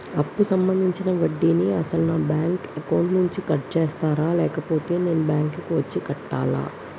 అప్పు సంబంధించిన వడ్డీని అసలు నా బ్యాంక్ అకౌంట్ నుంచి కట్ చేస్తారా లేకపోతే నేను బ్యాంకు వచ్చి కట్టాలా?